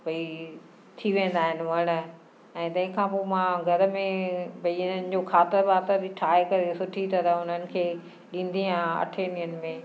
भई थी वेंदा आहिनि वण ऐं तंहिंखां पोइ मां घर में भई इन्हनि जो खातर वातर बि ठाहे करे सुठी तरह उन्हनि खे ॾींदी आहियां अठें ॾींहनि में